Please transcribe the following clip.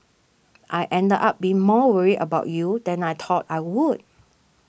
I ended up being more worried about you than I thought I would